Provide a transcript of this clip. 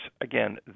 again